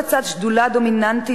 לצד שדולה דומיננטית,